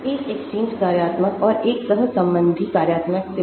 एक एक्सचेंज कार्यात्मक और एक सहसंबंधी कार्यात्मक से बना